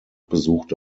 besuchte